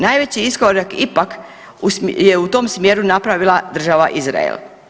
Najveći iskorak ipak je u tom smjer napravila država Izrael.